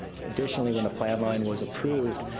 additionally, when the plan line was approved,